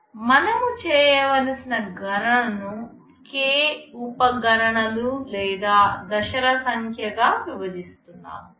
మనము చేయవలసిన గణనను k ఉప గణనలు లేదా దశల సంఖ్యగా విభజిస్తున్నాము